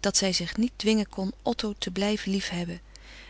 dat zij zich niet dwingen kon otto te blijven liefhebben